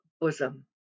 bosom